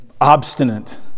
obstinate